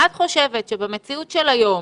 את חושבת שבמציאות של היום